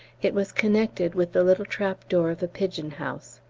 it was connected with the little trap-door of a pigeon-house.